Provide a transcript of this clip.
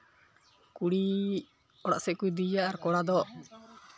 ᱠᱩᱲᱤ ᱚᱲᱟᱜ ᱥᱮᱫ ᱠᱚ ᱤᱫᱤᱭᱮᱭᱟ ᱟᱨ ᱠᱚᱲᱟ ᱫᱚ